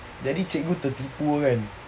jadi cikgu tertipu kan